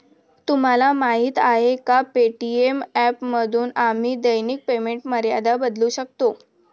तुम्हाला माहीत आहे का पे.टी.एम ॲपमध्ये आम्ही दैनिक पेमेंट मर्यादा बदलू शकतो?